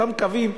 אותם קווים,